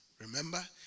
Remember